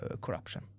corruption